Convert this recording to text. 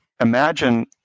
imagine